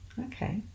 okay